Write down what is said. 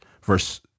verse